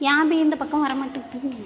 ஏன் அபி இந்த பக்கம் வர மாட்டேங்கு